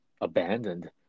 abandoned